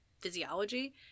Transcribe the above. physiology